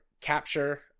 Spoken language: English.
capture